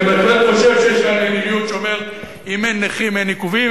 אני בהחלט חושב שיש כאן מדיניות שאומרת: אם אין נכים אין עיכובים,